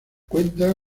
cuenta